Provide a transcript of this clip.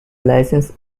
licence